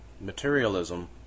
materialism